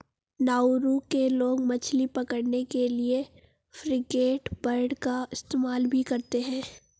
Nauru के लोग मछली पकड़ने के लिए फ्रिगेटबर्ड का इस्तेमाल भी करते हैं